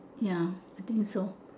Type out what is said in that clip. ya I think so